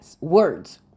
words